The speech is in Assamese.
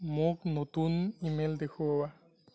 মোক নতুন ই মেইল দেখুওৱা